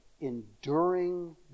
enduring